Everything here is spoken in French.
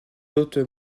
autres